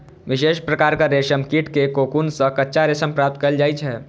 विशेष प्रकारक रेशम कीट के कोकुन सं कच्चा रेशम प्राप्त कैल जाइ छै